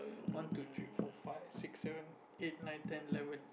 one two three four five six seven eight nine ten eleven